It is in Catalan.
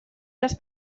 les